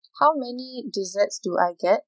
how many desserts do I get